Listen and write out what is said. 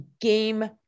game